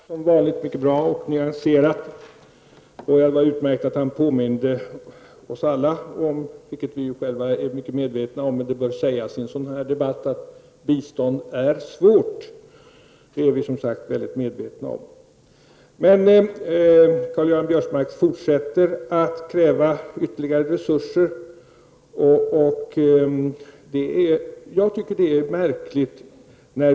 Fru talman! Karl-Göran Biörsmark talar, som vanligt, mycket bra och nyanserat. Det är utmärkt att han påminner oss -- vi är ju alla mycket medvetna om den saken, men det bör sägas i en sådan här debatt -- om att detta med bistånd är svårt. Men Karl-Göran Biörsmark fortsätter med att kräva ytterligare resurser. Jag tycker att det är märkligt.